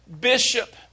bishop